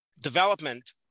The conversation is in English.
development